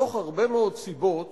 מתוך הרבה מאוד סיבות